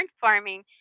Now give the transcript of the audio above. farming